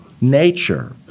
nature